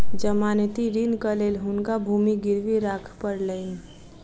जमानती ऋणक लेल हुनका भूमि गिरवी राख पड़लैन